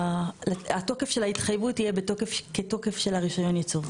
התוקף של ההתחייבות תהיה כתוקף של רישיון הייצור.